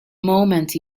moment